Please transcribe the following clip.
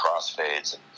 crossfades